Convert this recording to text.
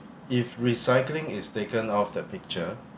if recycling is taken off the picture